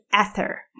ether